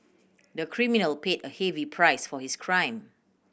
the criminal paid a heavy price for his crime